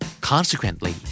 Consequently